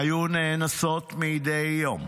שהיו נאנסות מדי יום,